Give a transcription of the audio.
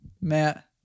matt